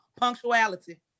Punctuality